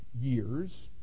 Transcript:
years